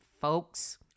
folks